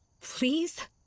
Please